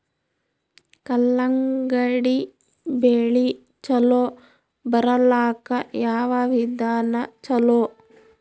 ಕಲ್ಲಂಗಡಿ ಬೆಳಿ ಚಲೋ ಬರಲಾಕ ಯಾವ ವಿಧಾನ ಚಲೋ?